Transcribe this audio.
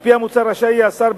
על-פי המוצע רשאי יהיה השר,